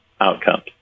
outcomes